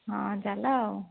ହଁ ଚାଲ ଆଉ